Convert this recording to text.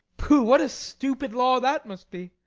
pooh what a stupid law that must be!